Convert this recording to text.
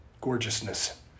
gorgeousness